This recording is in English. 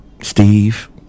Steve